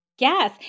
Yes